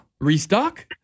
restock